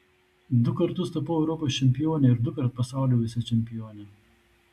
du kartus tapau europos čempione ir dukart pasaulio vicečempione